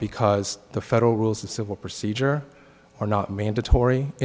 because the federal rules of civil procedure are not mandatory in